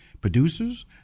producers